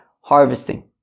harvesting